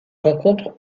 rencontre